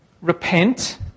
Repent